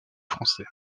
français